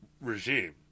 regime